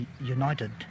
united